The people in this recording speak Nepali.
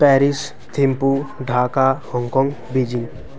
Paris Thimphu Dhaka Hong Kong बिजिङ